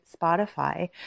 Spotify